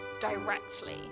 directly